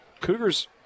Cougars